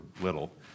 little